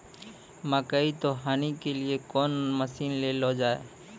मकई तो हनी के लिए कौन मसीन ले लो जाए?